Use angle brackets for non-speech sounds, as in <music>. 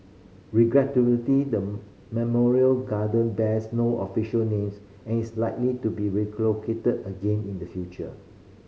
<unintelligible> the memorial garden bears no official names and is likely to be relocated again in the future